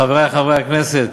חברי חברי הכנסת,